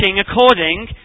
according